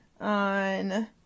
on